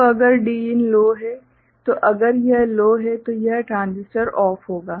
तो अगर Din low है तो अगर यह लो है तो यह ट्रांजिस्टर ऑफ होगा